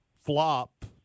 flop